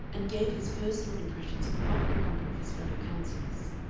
and gave his personal impressions of quite a number of his fellow-councillors.